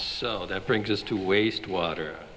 so that brings us to waste water